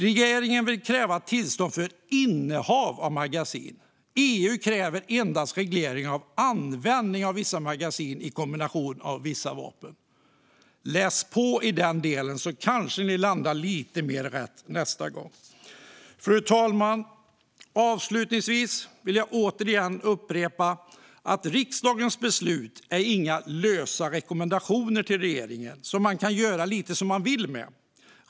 Regeringen vill kräva tillstånd för innehav av magasin, men EU kräver endast reglering av användning av vissa magasin i kombination med vissa vapen. Läs på i den delen så kanske ni landar lite mer rätt nästa gång! Fru talman! Avslutningsvis vill jag återigen upprepa att riksdagens beslut inte är några lösa rekommendationer till regeringen som man kan göra lite som man vill med.